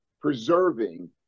preserving